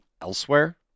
elsewhere